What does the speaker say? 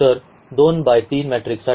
तर 2 बाय 3 मॅट्रिकसाठी